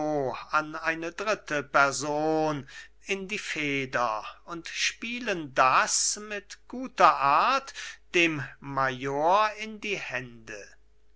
an eine dritte person in die feder und spielen das mit guter art dem major in die hände